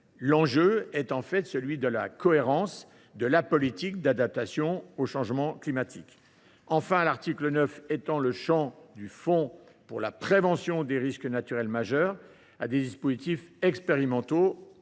d’un enjeu de cohérence avec la politique d’adaptation au changement climatique. Enfin, l’article 9 étendait le champ du fonds pour la prévention des risques naturels majeurs à des dispositifs expérimentaux